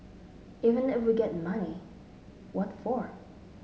even if we get money what for